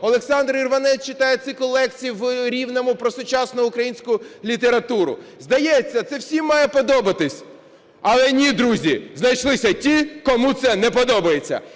Олександр Ірванець читає цикл лекцій в Рівному про сучасну українську літературу. Здається, це всім має подобатися. Але ні, друзі, знайшлися ті, кому це не подобається!